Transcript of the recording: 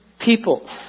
people